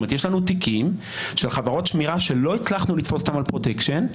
יש לנו תיקים של חברות שמירה שלא הצלחנו לתפוס אותם על פרוטקשן,